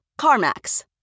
CarMax